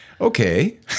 okay